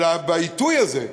אלא בעיתוי הזה,